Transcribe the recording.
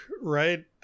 Right